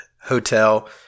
hotel